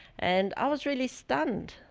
and i was really stunned.